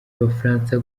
abafaransa